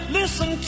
listen